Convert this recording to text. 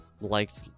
liked